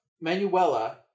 Manuela